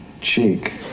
cheek